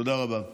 תודה רבה.